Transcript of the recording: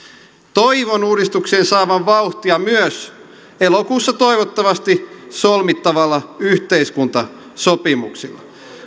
toivon uudistuksen saavan vauhtia myös elokuussa toivottavasti solmittavalla yhteiskuntasopimuksella